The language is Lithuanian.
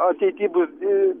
ateity bus